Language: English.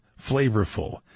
flavorful